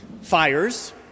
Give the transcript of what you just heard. Fires